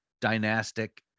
dynastic